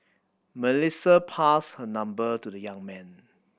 Melissa passed her number to the young man